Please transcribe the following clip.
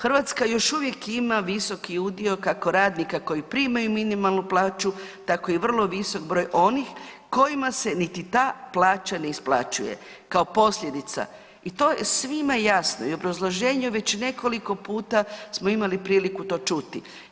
Hrvatska još uvijek ima visoki udio kako radnika koji primaju minimalnu plaću tako i vrlo visok broj onih kojima se niti ta plaća ne isplaćuje kao posljedica i to je svima jasno i u obrazloženju već nekoliko smo priliku to čuti.